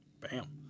Bam